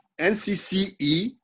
NCCE